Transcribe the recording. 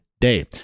day